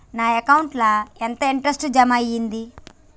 నా అకౌంట్ ల ఎంత ఇంట్రెస్ట్ జమ అయ్యింది?